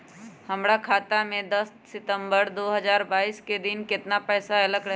हमरा खाता में दस सितंबर दो हजार बाईस के दिन केतना पैसा अयलक रहे?